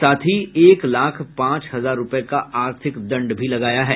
साथ ही एक लाख पांच हजार रूपये का आर्थिक दंड भी लगाया है